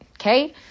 Okay